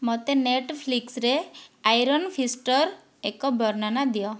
ମୋତେ ନେଟଫ୍ଲିକ୍ସରେ iron fist ଏକ ବର୍ଣ୍ଣନା ଦିଅ